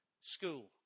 school